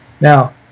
Now